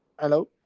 hello